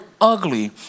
ugly